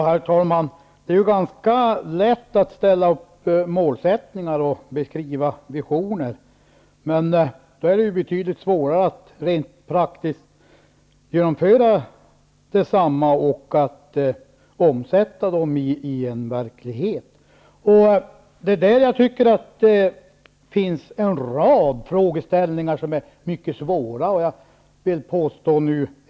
Herr talman! Det är ganska lätt att sätta upp målsättningar och beskriva visioner, men det är betydligt svårare att omsätta dem i verkligheten och genomföra dem rent praktiskt. Där tycker jag att det anmäler sig en rad frågor som är mycket svåra att besvara.